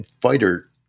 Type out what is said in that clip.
fighter